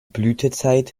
blütezeit